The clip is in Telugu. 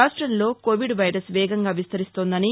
రాష్లంలో కోవిద్ వైరస్ వేగంగా విస్తరిస్తోందని